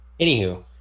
anywho